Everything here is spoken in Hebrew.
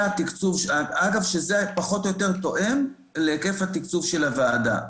אגב, פחות או יותר תואם להיקף התקצוב של הוועדה.